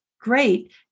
Great